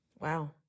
Wow